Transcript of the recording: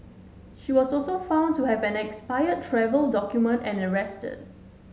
she was also found to have an expired travel document and arrested